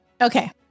Okay